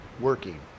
working